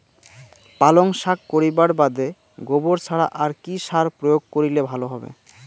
পালং শাক করিবার বাদে গোবর ছাড়া আর কি সার প্রয়োগ করিলে ভালো হবে?